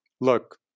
look